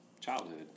childhood